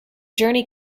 journey